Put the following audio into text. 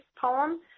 poem